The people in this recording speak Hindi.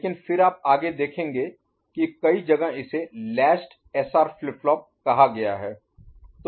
लेकिन फिर आप देखेंगे कि कई जगह इसे लैचड एसआर फ्लिप फ्लॉप कहा गया है